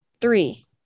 Three